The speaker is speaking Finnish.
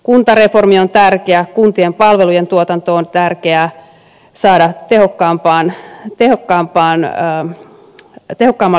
kuntareformi on tärkeä kuntien palvelujen tuotanto on tärkeää saada tehokkaammalle mallille